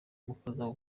mukaza